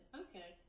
okay